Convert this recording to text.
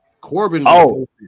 Corbin